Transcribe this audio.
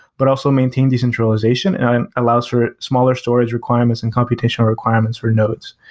but also maintain decentralization and allows for smaller storage requirements and computational requirements for nodes.